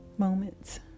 moments